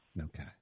Okay